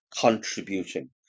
contributing